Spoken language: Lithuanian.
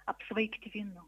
apsvaigti vynu